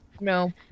No